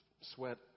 sweat